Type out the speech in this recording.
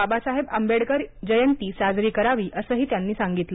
बाबासाहेब आंबेडकर जयंती साजरी करावी असंही त्यांनी सांगितलं